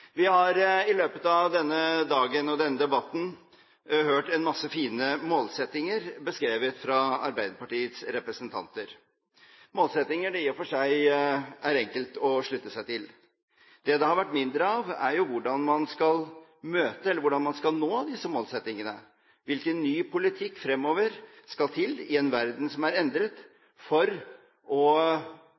Vi har i løpet av denne dagen og denne debatten hørt en masse fine målsettinger beskrevet av Arbeiderpartiets representanter. Målsettingene er det i og for seg enkelt å slutte seg til. Det det har vært mindre av, er hvordan man skal nå disse målsettingene – hvilken ny politikk som skal til fremover i en verden som er endret, for å